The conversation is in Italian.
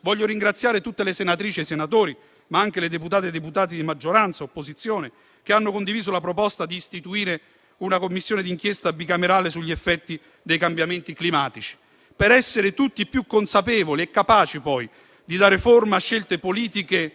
Voglio ringraziare tutte le senatrici e i senatori, ma anche le deputate e i deputati di maggioranza e di opposizione, che hanno condiviso la proposta di istituire una Commissione d'inchiesta bicamerale sugli effetti dei cambiamenti climatici, per essere tutti più consapevoli e capaci poi di dare forma a scelte politiche